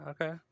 okay